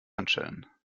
handschellen